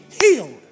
healed